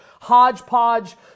hodgepodge